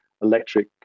electric